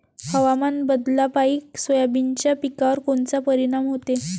हवामान बदलापायी सोयाबीनच्या पिकावर कोनचा परिणाम होते?